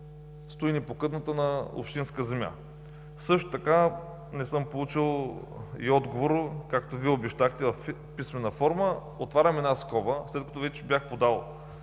стои непокътната на общинска земя. Също така не съм получил и отговор, както Вие обещахте, в писмена форма, отварям една скоба – след като вече бях подал